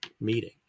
meeting